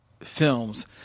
films